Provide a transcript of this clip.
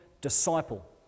disciple